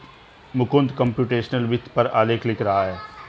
Mukund computational वित्त पर आलेख लिख रहा है